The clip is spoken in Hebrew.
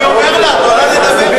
אני אומר לה, את עולה לדבר.